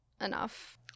enough